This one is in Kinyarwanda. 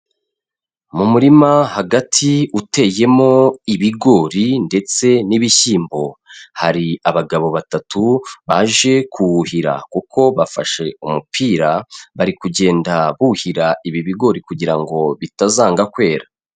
Mu murima hagati uteyemo ibigori ndetse n'ibishyimbo, hari abagabo batatu baje kuwuhira kuko bafashe umupira, bari kugenda buhira ibi bigori kugira ngo bitazanga kwera.